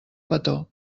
petó